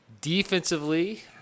Defensively